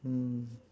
mm